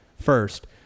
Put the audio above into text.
first